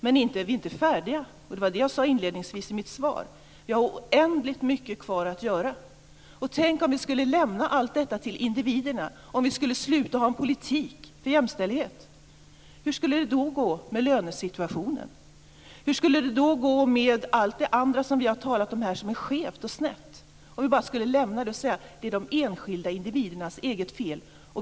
Men vi är inte färdiga. Det var det jag sade inledningsvis i mitt svar. Vi har oändligt mycket kvar att göra. Tänk om vi skulle lämna allt detta till individerna, om vi skulle sluta föra en politik för jämställdhet! Hur skulle det då gå med lönesituationen? Hur skulle det gå med allt det andra som vi har talat om här som är skevt och snett om vi bara skulle lämna det och säga att det är de enskilda individernas eget fel?